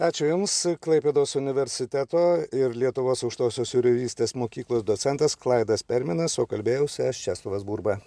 ačiū jums klaipėdos universiteto ir lietuvos aukštosios jūreivystės mokyklos docentas klaidas perminas o kalbėjausi aš česlovas burba